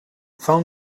phone